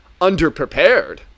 underprepared